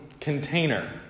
container